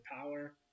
power